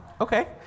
okay